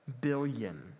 Billion